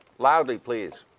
loudly, please.